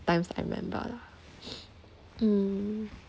times I remember lah mm